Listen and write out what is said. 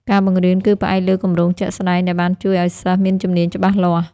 ការបង្រៀនគឺផ្អែកលើ គម្រោងជាក់ស្តែង ដែលបានជួយឱ្យសិស្សមានជំនាញច្បាស់លាស់។